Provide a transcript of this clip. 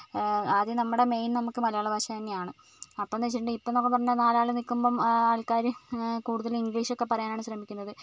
ആദ്യം നമ്മുടെ മെയിൻ നമുക്ക് മലയാളഭാഷ തന്നെയാണ് അപ്പം എന്ന് വെച്ചിട്ടുണ്ടെങ്കിൽ ഇപ്പം നമുക്ക് നാല് ആൾ നിൽക്കുമ്പം ആൾക്കാർ കൂടുതലും ഇംഗ്ലീഷ് ഒക്കെ പറയാനാണ് ശ്രമിക്കുന്നത്